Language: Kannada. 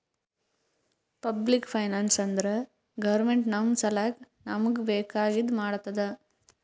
ಪಬ್ಲಿಕ್ ಫೈನಾನ್ಸ್ ಅಂದುರ್ ಗೌರ್ಮೆಂಟ ನಮ್ ಸಲ್ಯಾಕ್ ನಮೂಗ್ ಬೇಕ್ ಆಗಿದ ಮಾಡ್ತುದ್